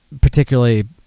particularly